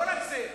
לא רק זה,